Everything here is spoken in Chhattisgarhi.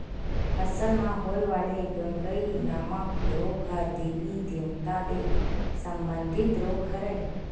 फसल म होय वाले गंगई नामक रोग ह देबी देवता ले संबंधित रोग हरय